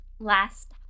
Last